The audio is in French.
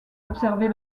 observer